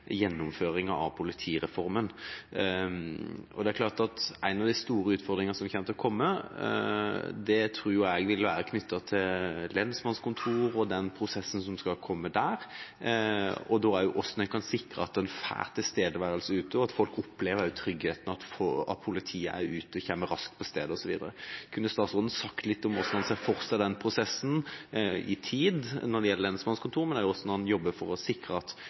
gjennomføringa av politireformen. En av de store utfordringene som kommer til å komme, tror jeg vil være knyttet til lensmannskontor og den prosessen som skal komme der, og da også hvordan en kan sikre at en får tilstedeværelse utover, og at folk opplever tryggheten ved at politiet er ute og kommer raskt på stedet, osv. Kunne statsråden sagt litt om hvordan han ser for seg den prosessen i tid, når det gjelder lensmannskontor, men også hvordan han jobber for å sikre at